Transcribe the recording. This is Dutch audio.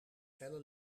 felle